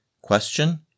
Question